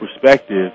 perspective